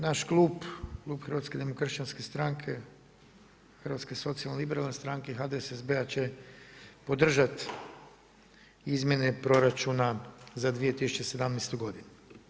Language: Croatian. Naš Klub, Klub Hrvatske demokršćanske stranke, Hrvatske socijalno-liberalne stranke, HDSSB-a će podržati izmjene proračuna za 2017. godinu.